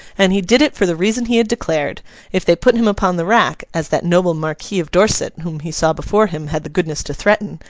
and he did it for the reason he had declared if they put him upon the rack, as that noble marquis of dorset whom he saw before him, had the goodness to threaten,